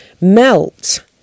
melt